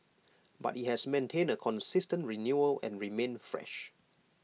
but IT has maintained A consistent renewal and remained fresh